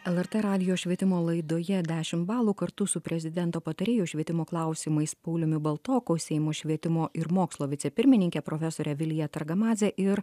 lrt radijo švietimo laidoje dešimt balų kartu su prezidento patarėjo švietimo klausimais pauliumi baltoku seimo švietimo ir mokslo vicepirmininke profesorė vilija targamadzė ir